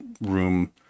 room